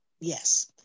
yes